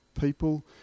People